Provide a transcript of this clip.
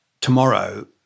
tomorrow